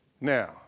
Now